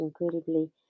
incredibly